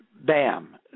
bam